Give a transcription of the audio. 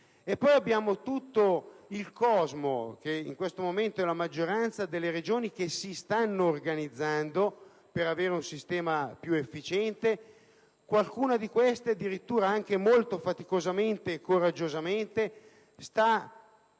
vi è tutto il cosmo rappresentato dalla maggioranza delle Regioni, che si stanno organizzando per avere un sistema più efficiente. Alcune di queste addirittura, anche molto faticosamente e coraggiosamente, stanno